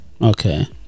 Okay